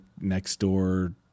Nextdoor